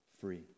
free